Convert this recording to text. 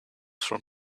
from